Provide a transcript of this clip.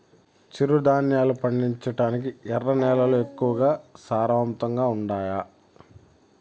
చిరుధాన్యాలు పండించటానికి ఎర్ర నేలలు ఎక్కువగా సారవంతంగా ఉండాయా